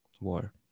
war